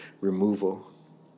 removal